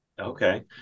Okay